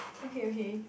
okay okay